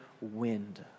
wind